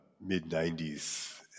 mid-90s